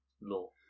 Law